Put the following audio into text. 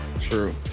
True